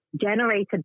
generated